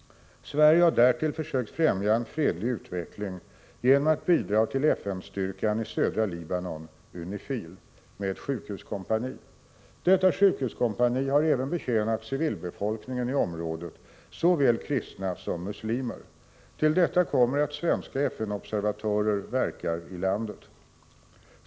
Sverige har därtill försökt främja en fredlig utveckling genom att bidra till FN-styrkan i södra Libanon, UNIFIL, med ett sjukhuskompani. Detta sjukhuskompani har även betjänat civilbefolkningen i området, såväl kristna som muslimer. Till detta kommer att svenska FN-observatörer verkar i landet.